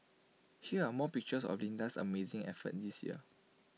here are more pictures of Linda's amazing effort this year